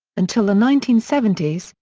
until the nineteen seventy s,